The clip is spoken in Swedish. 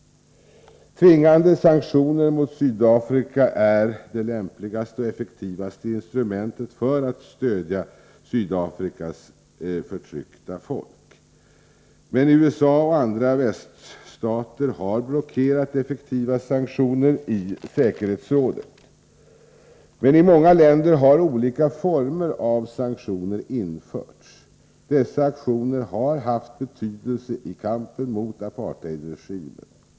Tvingande sanktioner mot Sydafrika är det lämpligaste och effektivaste instrumentet för att stödja Sydafrikas förtryckta folk. Men USA och andra väststater har blockerat effektiva sanktioner i säkerhetsrådet. I många länder har dock olika former av sanktioner införts. Dessa sanktioner har haft betydelse i kampen mot apartheidregimen.